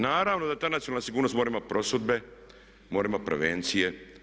Naravno da ta nacionalna sigurnost mora imati prosudbe, mora imati prevencije.